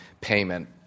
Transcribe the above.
payment